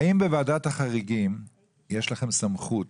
האם בוועדת החריגים יש לכם סמכות